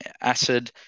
acid